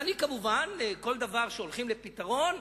ואני, כמובן, כל דבר שהולכים לפתרון,